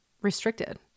restricted